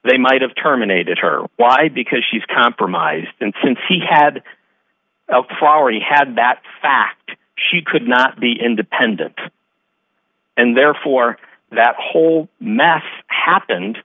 they might have terminated her why because she's compromised and since he had flowered he had that fact she could not be independent and therefore that whole mess happened